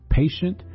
patient